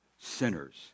sinners